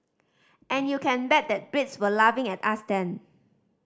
and you can bet that Brits were laughing at us then